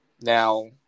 Now